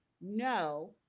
no